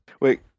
wait